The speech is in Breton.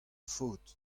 faot